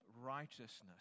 righteousness